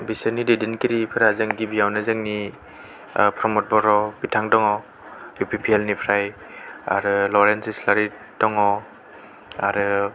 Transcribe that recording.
बिसोरनि दैदेनगिरिफोरा गिबियावनो जोंनि ओ प्रमद बर' बिथां दङ इउ पि पि एल निफ्राय आरो लरेन्स इसलारि दङ आरो